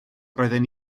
roedden